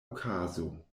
okazo